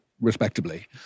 respectably